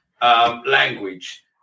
Language